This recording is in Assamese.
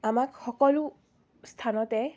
আমাক সকলো স্থানতে